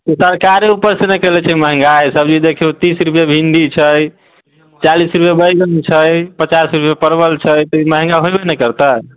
सरकारे ऊपर से ने कयने छै महँगाइ सब्जी देखिऔ तीस रुपैए भिण्डी छै चालिस रुपैए बैंगन छै पचास रुपैए परवल छै फिर महँगा होयबे ने करतै